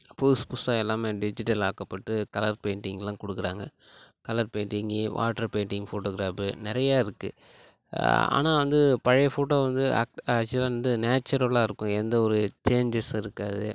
புதுசு புதுசா எல்லாமே டிஜிட்டல் ஆக்கப்பட்டு கலர் பெயிண்டிங்க்லாம் கொடுக்குறாங்க colour painting water painting photograph நிறையா இருக்குது ஆனால் வந்து பழைய ஃபோட்டோ வந்து ஆக் ஆச்சுவலா வந்து நேச்சுரலா இருக்கும் எந்த ஒரு சேஞ்சஸ் இருக்காது